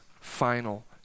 final